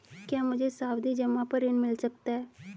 क्या मुझे सावधि जमा पर ऋण मिल सकता है?